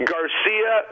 Garcia